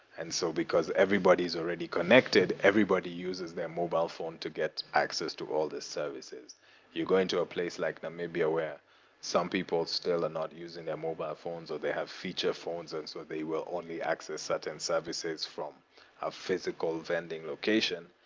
and so because everybody is already connected, everybody uses their mobile phone to get access to all these services. if you go into a place like namibia, where some people still are not using their mobile phones or they have features phones, and so they will only access certain and services from a physical vending location.